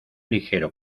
ligero